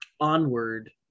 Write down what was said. onward